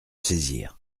saisir